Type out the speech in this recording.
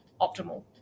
optimal